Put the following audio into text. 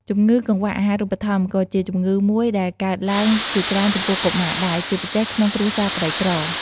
ជម្ងឺកង្វះអាហារូបត្ថម្ភក៏ជាជម្ងឺមួយដែលកើតឡើងជាច្រើនចំពោះកុមារដែរ ជាពិសេសក្នុងគ្រួសារក្រីក្រ។